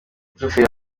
mushoferi